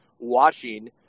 watching